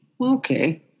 Okay